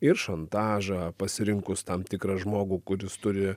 ir šantažą pasirinkus tam tikrą žmogų kuris turi